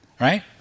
right